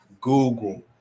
Google